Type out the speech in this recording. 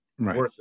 Right